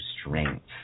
strength